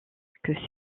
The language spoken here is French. que